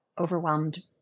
overwhelmed